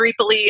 creepily